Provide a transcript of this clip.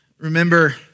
remember